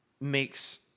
makes